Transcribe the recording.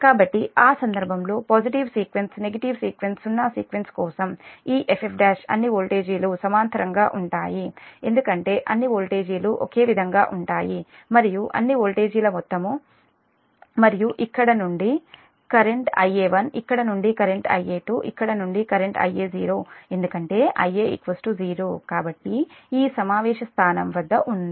కాబట్టి ఆ సందర్భంలో పాజిటివ్ సీక్వెన్స్ నెగటివ్ సీక్వెన్స్ సున్నా సీక్వెన్స్ కోసం ఈ F F1 అన్ని వోల్టేజీలు సమాంతరంగా ఉంటాయి ఎందుకంటే అన్ని వోల్టేజీలు ఒకే విధంగా ఉంటాయి మరియు అన్ని వోల్టేజీల మొత్తం మరియు ఇక్కడ నుండి కరెంట్ Ia1 ఇక్కడ నుండి కరెంట్ Ia2 ఇక్కడ నుండి కరెంట్ Ia0 ఎందుకంటే Ia 0 కాబట్టి ఈ సమావేశ స్థానం వద్ద ఉంది